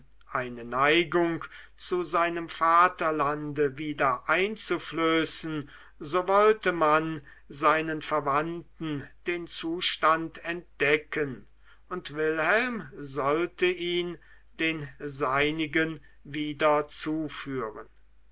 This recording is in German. eine neigung zu seinem vaterlande wieder einzuflößen so wollte man seinen verwandten den zustand entdecken und wilhelm sollte ihn den seinigen wieder zuführen